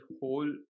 whole